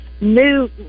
new